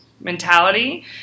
mentality